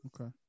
Okay